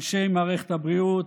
אנשי מערכת הבריאות,